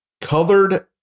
Colored